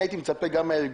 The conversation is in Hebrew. אני הייתי מצפה גם מהארגונים